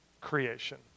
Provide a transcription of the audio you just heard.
creation